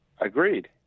Agreed